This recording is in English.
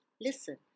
listen